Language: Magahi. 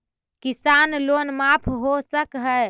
किसान लोन माफ हो सक है?